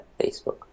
Facebook